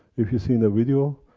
if you see on the video,